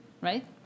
right